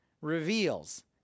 reveals